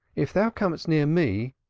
if thou comest near me,